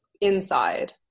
inside